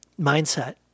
mindset